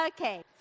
Okay